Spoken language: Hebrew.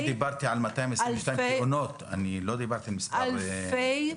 אני דיברתי על 222 תאונות, לא על מספר הנפגעים.